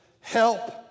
help